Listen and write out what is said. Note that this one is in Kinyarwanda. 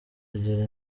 agira